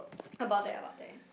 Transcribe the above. about there about there